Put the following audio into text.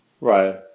Right